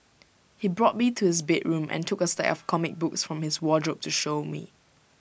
he brought me to his bedroom and took A stack of comic books from his wardrobe to show me